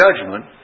judgment